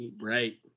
Right